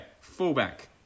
fullback